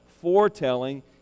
foretelling